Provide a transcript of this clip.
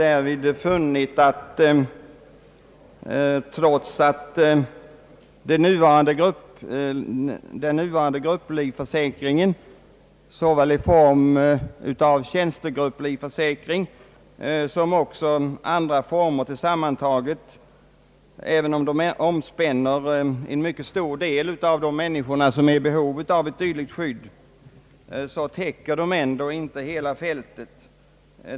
Även om den nuvarande grupplivförsäkringen — såväl i form av tjänstegrupplivförsäkring som i andra former — Omspänner en mycket stor del av de människor som är i behov av ett försäkringsskydd täcker den ändå inte hela fältet.